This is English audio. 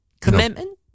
commitment